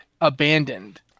abandoned